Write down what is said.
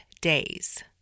days